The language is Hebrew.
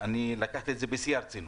לקחתי את זה בשיא הרצינות.